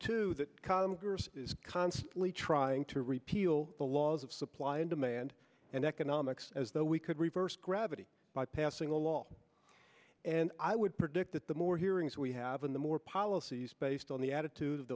two that congress is constantly trying to repeal the laws of supply and demand and economics as though we could reverse gravity by passing a law and i would predict that the more hearings we have and the more policies based on the attitude